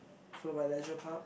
followed by leisure park